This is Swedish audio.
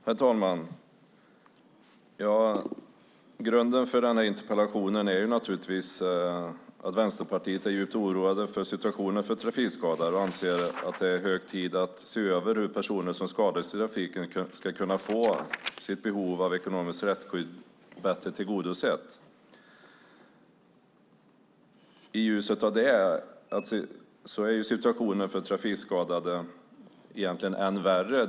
Herr talman! Grunden för denna interpellation är naturligtvis att vi i Vänsterpartiet är djupt oroade över situationen för trafikskadade och anser att det är hög tid att se över hur personer som skadas i trafiken ska kunna få sitt behov av ekonomiskt rättsskydd bättre tillgodosett. I ljuset av detta är situationen för trafikskadade egentligen än värre.